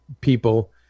people